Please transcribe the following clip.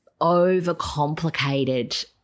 overcomplicated